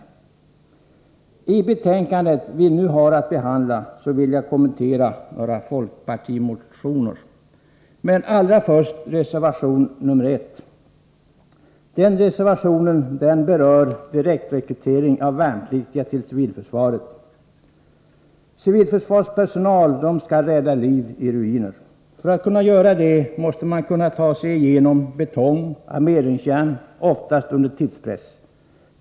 Jag vill kommentera några folkpartimotioner som behandlas i det nu aktuella betänkandet, men kommenterar allra först reservation nr 1, som berör direktrekrytering av värnpliktiga till civilförsvaret. Civilförsvarspersonal skall rädda liv i ruiner. För att kunna göra det måste den kunna ta sig igenom betong och armeringsjärn — oftast under tidspress.